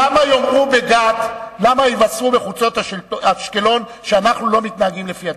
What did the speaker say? למה יבשרו בחוצות אשקלון שאנחנו לא מתנהגים לפי התקנון?